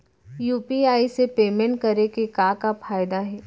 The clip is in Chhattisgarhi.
यू.पी.आई से पेमेंट करे के का का फायदा हे?